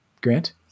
Grant